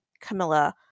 Camilla